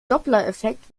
dopplereffekt